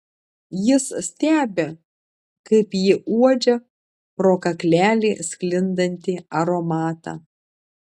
jis stebi kaip ji uodžia pro kaklelį sklindantį aromatą